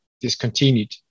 discontinued